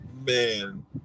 Man